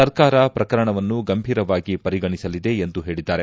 ಸರ್ಕಾರ ಪ್ರಕರಣವನ್ನು ಗಂಭೀರವಾಗಿ ಪರಿಗಣಿಸಲಿದೆ ಎಂದು ಹೇಳಿದ್ದಾರೆ